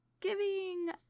giving